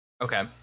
okay